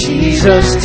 Jesus